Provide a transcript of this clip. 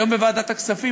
היום בוועדת הכספים,